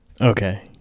Okay